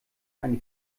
eine